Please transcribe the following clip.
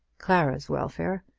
clara's welfare,